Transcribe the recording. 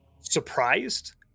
surprised